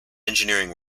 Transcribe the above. engineering